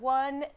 one